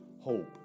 hope